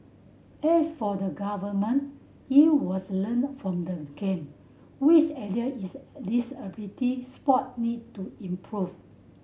as for the Government it was learnt from the Game which area is disability sport need to improved